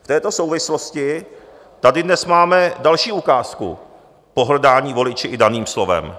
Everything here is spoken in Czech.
V této souvislosti tady dnes máme další ukázku pohrdání voliči i daným slovem.